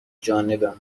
جانب